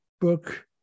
book